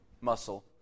muscle